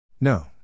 No